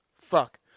Fuck